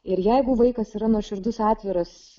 ir jeigu vaikas yra nuoširdus atviras